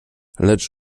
lecz